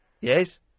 Yes